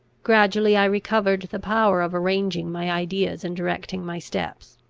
gradually i recovered the power of arranging my ideas and directing my steps.